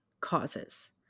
causes